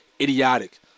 idiotic